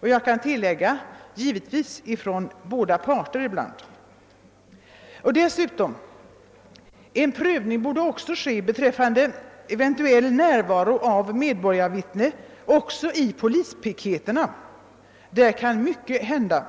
jag vill tillägga att det naturligtvis kan gälla båda parter. Dessutom borde en prövning göras beträffande eventuell närvaro av medborgarvittne i polispiketerna. Där kan mycket hända.